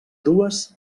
dues